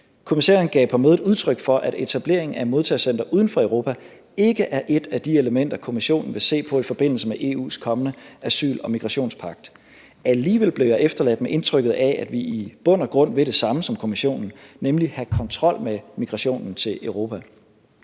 Kommissæren gav på mødet udtryk for, at etablering af et modtagecenter uden for Europa ikke er et af de elementer, Kommissionen vil se på i forbindelse med EU's kommende asyl- og migrationspagt. Alligevel blev jeg efterladt med indtrykket af, at vi i bund og grund vil det samme som Kommissionen, nemlig have kontrol med migrationen til Europa.